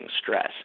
stress